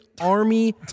Army